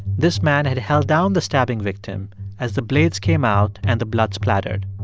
this man had held down the stabbing victim as the blades came out and the blood splattered.